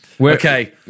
Okay